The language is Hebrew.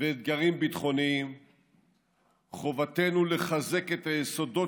ואתגרים ביטחוניים חובתנו לחזק את היסודות